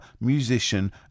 musician